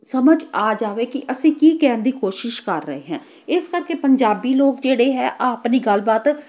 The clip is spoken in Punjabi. ਸਮਝ ਆ ਜਾਵੇ ਕਿ ਅਸੀਂ ਕੀ ਕਹਿਣ ਦੀ ਕੋਸ਼ਿਸ਼ ਕਰ ਰਹੇ ਹੈ ਇਸ ਕਰਕੇ ਪੰਜਾਬੀ ਲੋਕ ਜਿਹੜੇ ਹੈ ਆਪਣੀ ਗੱਲਬਾਤ